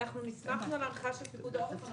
נשמח לקבוע על פי הקביעה של פיקוד העורף.